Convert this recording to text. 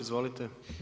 Izvolite.